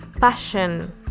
passion